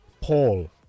Paul